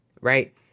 right